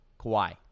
Kawhi